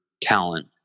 talent